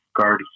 Guard